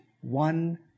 one